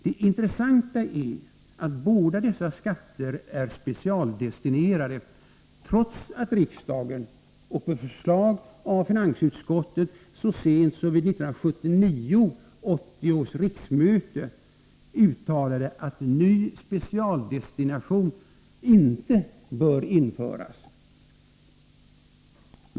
Det intressanta är att båda dessa skatter är specialdestinerade, trots att riksdagen på förslag av finansutskottet så sent som vid 1979/80 års riksmöte uttalade att ny specialdestination inte bör införas.